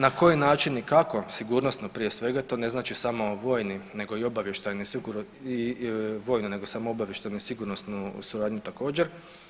Na koji način i kako sigurnosno prije svega to ne znači samo vojni nego i obavještajni, vojnu nego samo obavještajnu i sigurnosnu suradnju također.